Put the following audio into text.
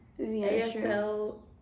ASL